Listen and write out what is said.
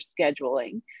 scheduling